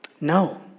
no